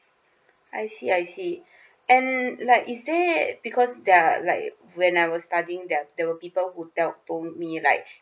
I see I see and like is there because there are like when I was studying there are there were people who tell told me like